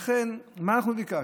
לכן, מה אנחנו ביקשנו?